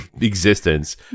existence